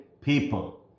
people